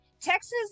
Texas